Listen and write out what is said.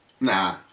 Nah